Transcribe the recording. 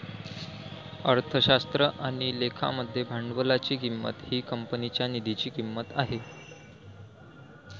अर्थशास्त्र आणि लेखा मध्ये भांडवलाची किंमत ही कंपनीच्या निधीची किंमत आहे